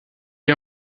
est